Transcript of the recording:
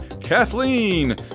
Kathleen